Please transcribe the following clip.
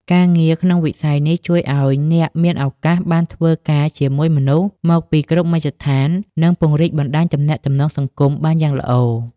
ការងារក្នុងវិស័យនេះជួយឱ្យអ្នកមានឱកាសបានធ្វើការជាមួយមនុស្សមកពីគ្រប់មជ្ឈដ្ឋាន និងពង្រីកបណ្តាញទំនាក់ទំនងសង្គមបានយ៉ាងល្អ។